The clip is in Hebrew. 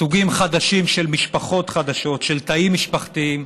סוגים חדשים של משפחות חדשות, של תאים משפחתיים,